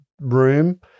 room